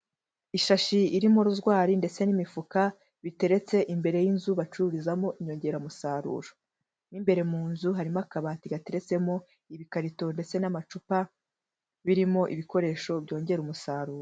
Ishashi irimo rozwari ndetse n'imifuka biteretse imbere y'inzu bacururizamo inyongeramusaruro. Mo imbere mu nzu harimo akabati gateretsemo ibikarito ndetse n'amacupa birimo ibikoresho byongera umusaruro.